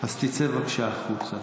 אז תצא בבקשה החוצה.